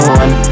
one